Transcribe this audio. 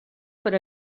per